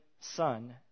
Son